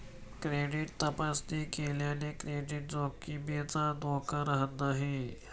credit तपासणी केल्याने credit जोखमीचा धोका राहत नाही